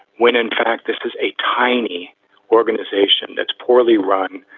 when in fact, this is a tiny organization that's poorly run.